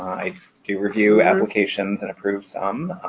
i do review applications and approve some,